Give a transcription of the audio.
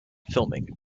filming